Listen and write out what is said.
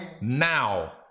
now